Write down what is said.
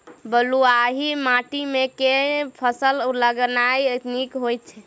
बलुआही माटि मे केँ फसल लगेनाइ नीक होइत?